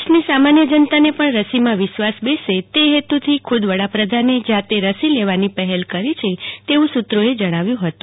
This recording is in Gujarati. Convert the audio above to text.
દેશની સામાન્ય જનતાને પણ રસીમાં વિશ્વાસ બેસે તે હેતુથી ખુદ પ્રધાનમંત્રી જાતે રસી લેવાની પહેલ કરી છે તેવું સુત્રોએ જણાવ્યું હતું